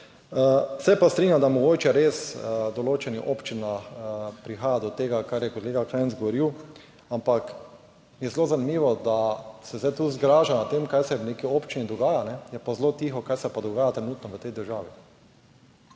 Se pa strinjam, da mogoče res v določenih občinah prihaja do tega, kar je kolega Krajnc govoril, ampak je zelo zanimivo, da se zdaj tu zgraža nad tem, kaj se v neki občini dogaja, je pa zelo tiho kaj se pa dogaja trenutno v tej državi.